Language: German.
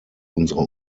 unsere